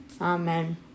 Amen